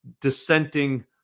dissenting